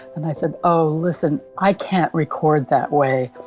and i said, oh listen, i can't record that way.